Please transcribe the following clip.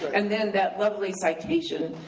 and then that lovely citation,